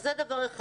זה דבר אחד.